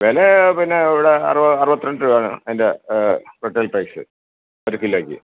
വില പിന്നെ ഇവിടെ അറുപത് അറുപത്രണ്ട് രൂപ അതിൻ്റെ റീട്ടെയിൽ പ്രൈസ് ഒരു കിലോയ്ക്ക്